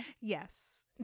Yes